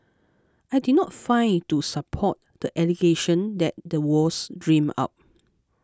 I did not find to support the allegation that the was dreamt up